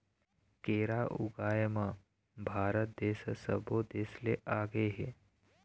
केरा ऊगाए म भारत ह सब्बो देस ले आगे हे